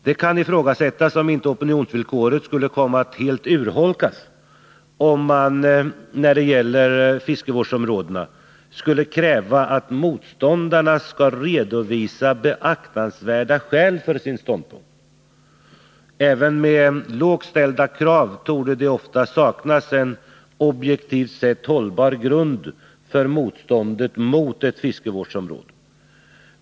Det kan ifrågasättas om inte opinionsvillkoret skulle komma att helt urholkas om man, när det gäller fiskevårdsområdena, skulle kräva att motståndarna skall redovisa beaktansvärda skäl för sin ståndpunkt. Även med lågt ställda krav torde det ofta saknas en objektivt sett hållbar grund för motståndet mot ett fiskevårdsområde.